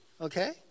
Okay